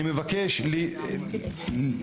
אני מבקש להתעשת,